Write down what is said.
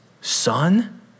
son